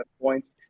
points